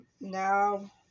now